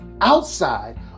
outside